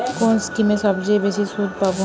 কোন স্কিমে সবচেয়ে বেশি সুদ পাব?